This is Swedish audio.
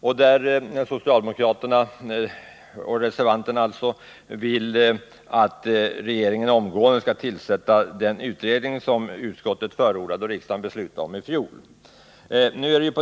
Där vill de socialdemokratiska reservanterna att regeringen skall tillsätta den utredning som utskottet förordade och riksdagen beslutade om i fjol.